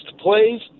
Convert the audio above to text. plays